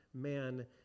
man